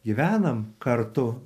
gyvename kartu